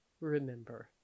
Remember